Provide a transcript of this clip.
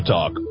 Talk